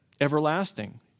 everlasting